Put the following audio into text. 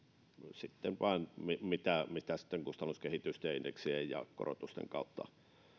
ja mitä sitten kustannuskehitysten indeksien ja korotusten kautta